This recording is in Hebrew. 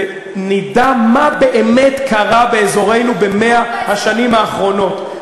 ונדע מה באמת קרה באזורנו ב-100 השנים האחרונות.